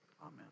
Amen